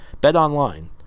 BetOnline